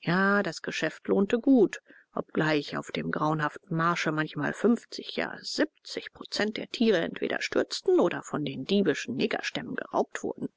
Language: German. ja das geschäft lohnte gut obgleich auf dem grauenhaften marsche manchmal fünfzig ja siebzig prozent der tiere entweder stürzten oder von den diebischen negerstämmen geraubt wurden